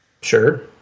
Sure